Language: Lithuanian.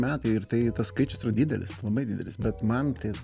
metai ir tai tas skaičius didelis labai didelis bet man tai